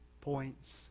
points